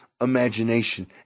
imagination